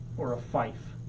or a fife.